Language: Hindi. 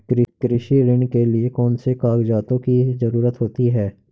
कृषि ऋण के लिऐ कौन से कागजातों की जरूरत होती है?